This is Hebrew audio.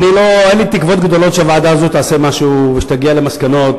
אין לי תקוות גדולות שהוועדה הזאת תעשה משהו ותגיע למסקנות.